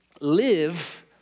Live